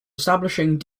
establishing